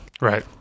Right